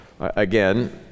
Again